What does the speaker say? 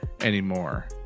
anymore